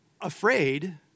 Afraid